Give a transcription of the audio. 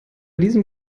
diesem